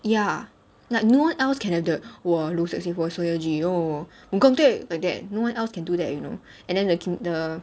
ya like no one else can have that !wah! low sexy voice seo ye-ji oh im gonna take like that no one else can do that you know and then the the